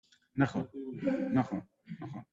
נכון, נכון